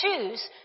choose